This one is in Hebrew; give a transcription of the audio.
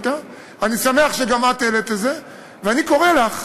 אני שמח שגם את העלית את זה, ואני קורא לך,